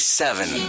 seven